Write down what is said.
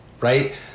right